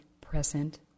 present